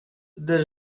there